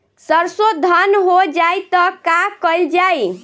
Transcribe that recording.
सरसो धन हो जाई त का कयील जाई?